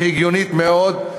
והגיונית מאוד.